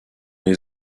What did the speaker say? les